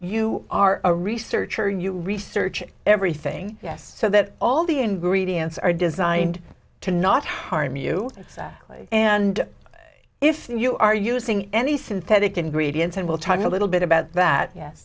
you are a researcher you research everything yes so that all the ingredients are designed to not harm you and if you are using any synthetic ingredients and we'll talk a little bit about that yes